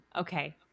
Okay